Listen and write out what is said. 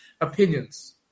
opinions